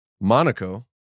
monaco